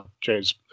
James